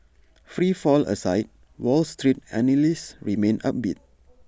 free fall aside wall street analysts remain upbeat